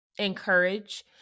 encourage